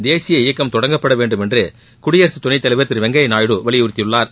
தேசிய இயக்கம் தொடங்கபட வேண்டும் என்று குடியரசு துணை தலைவர் திரு வெங்கையா நாயுடு வலியுறுத்தியுள்ளார்